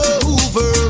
over